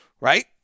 Right